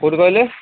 କେଉଁଠି କହିଲେ